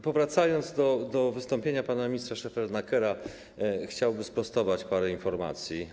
Powracając do wystąpienia pana ministra Szefernakera, chciałbym sprostować parę informacji.